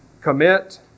commit